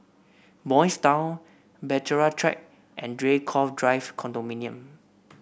Boys' Town Bahtera Track and Draycott Drive Condominium